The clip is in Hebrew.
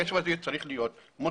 הכסף הזה צריך להיות מותאם